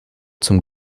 zum